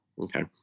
Okay